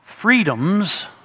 Freedoms